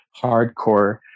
hardcore